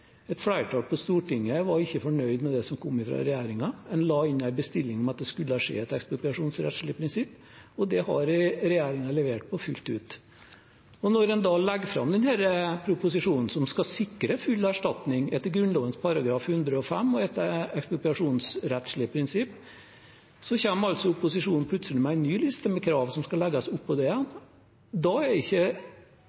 Et flertall på Stortinget var ikke fornøyd med det som kom fra regjeringen. En la inn en bestilling om at det skulle skje etter ekspropriasjonsrettslige prinsipper, og det har regjeringen levert på fullt ut. Når en da legger fram denne proposisjonen, som skal sikre full erstatning etter Grunnloven § 105 og etter ekspropriasjonsrettslige prinsipper, kommer opposisjonen plutselig med en ny liste med krav som skal legges oppå det igjen.